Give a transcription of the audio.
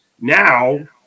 now